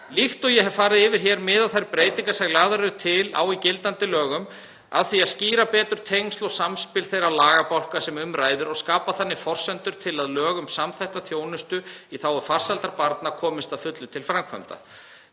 Líkt og ég hef farið hér yfir miða þær breytingar sem lagðar eru til á gildandi lögum að því að skýra betur tengsl og samspil þeirra lagabálka sem um ræðir og skapa þannig forsendur til að lög um samþættingu þjónustu í þágu farsældar barna komist að fullu til framkvæmda.